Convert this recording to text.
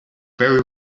very